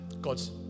God's